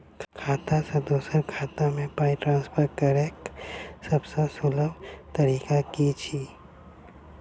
खाता सँ दोसर खाता मे पाई ट्रान्सफर करैक सभसँ सुलभ तरीका की छी?